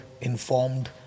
informed